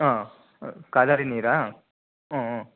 ಹಾಂ ಕಾದಾರಿದ ನೀರಾ ಹ್ಞೂ ಹ್ಞೂ